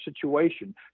situation